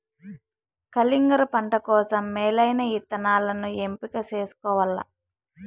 కలింగర పంట కోసం మేలైన ఇత్తనాలను ఎంపిక చేసుకోవల్ల